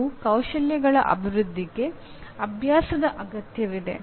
ಮತ್ತು ಕೌಶಲ್ಯಗಳ ಅಭಿವೃದ್ಧಿಗೆ ಅಭ್ಯಾಸದ ಅಗತ್ಯವಿದೆ